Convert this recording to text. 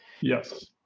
Yes